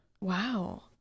Wow